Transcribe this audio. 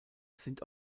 sind